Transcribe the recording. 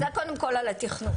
זה קודם כל על התכנון.